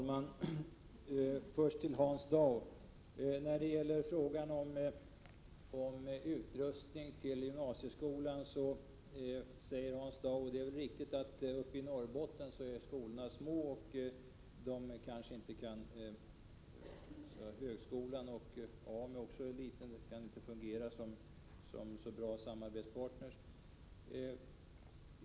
Herr talman! När det gäller frågan om utrustning till gymnasieskolan säger Hans Dau, och det är väl riktigt, att skolorna i Norrbotten är små — det gäller kanske också högskolan och AMU -— och därför inte kan fungera som så bra samarbetspartners.